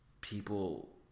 people